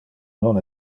non